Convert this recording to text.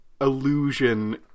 illusion